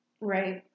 Right